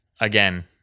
Again